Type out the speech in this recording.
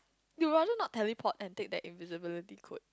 you rather not teleport and take that invisibility coat